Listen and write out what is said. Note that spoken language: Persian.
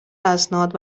اسناد